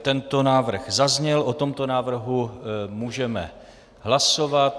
Tento návrh zazněl, o tomto návrhu můžeme hlasovat.